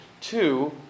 two